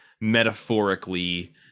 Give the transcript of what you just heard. metaphorically